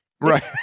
Right